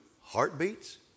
heartbeats